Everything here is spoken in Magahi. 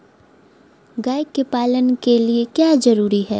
गाय के पालन के लिए क्या जरूरी है?